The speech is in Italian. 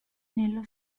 nello